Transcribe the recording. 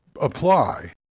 apply